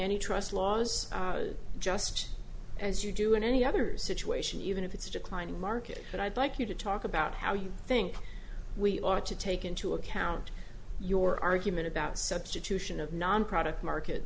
any trust laws just as you do in any others situation even if it's a declining market and i'd like you to talk about how you think we ought to take into account your argument about substitution of non product market